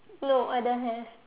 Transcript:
no I don't have